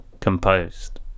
composed